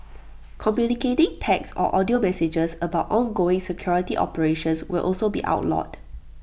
communicating text or audio messages about ongoing security operations will also be outlawed